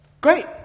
Great